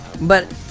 But-